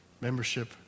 membership